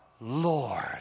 Lord